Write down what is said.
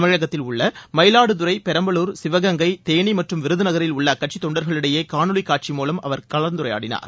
தமிழகத்தில் உள்ள மயிலாடுதுறை பெரம்பலூர் சிவகங்கை தேனி மற்றும் விருதுநகரில் உள்ள அக்கட்சி தொண்டர்களிடையே காணொலி காட்சி மூலம் அவர் இன்று கலந்துரையாடினார்